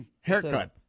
Haircut